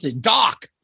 Doc